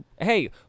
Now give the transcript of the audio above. hey